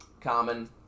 Common